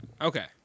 Okay